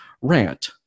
rant